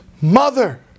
Mother